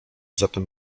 zatem